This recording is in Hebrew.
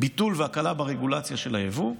ביטול והקלה ברגולציה של היבוא.